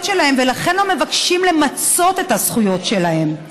שלהם ולכן לא מבקשים למצות את הזכויות שלהם.